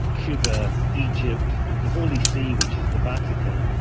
cuba, egypt, the holy see, which is the vatican,